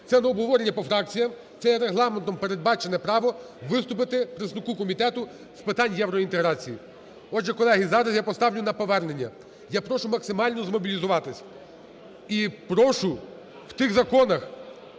Це не обговорення по фракціях, це є Регламентом передбачено право виступити представнику Комітету з питань євроінтеграції. Отже, колеги, зараз я поставлю на повернення. Я прошу максимально змобілізуватися і прошу в тих законах,